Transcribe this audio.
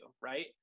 right